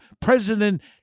president